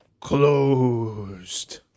closed